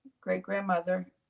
great-grandmother